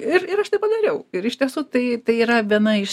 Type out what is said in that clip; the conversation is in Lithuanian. ir ir aš tai padariau ir iš tiesų tai tai yra viena iš